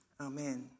Amen